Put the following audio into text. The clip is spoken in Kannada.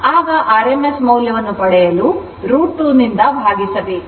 ಆಗ rms ಮೌಲ್ಯವನ್ನು ಪಡೆಯಲು √2 ನಿಂದ ಭಾಗಿಸಬೇಕು